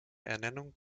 ernennung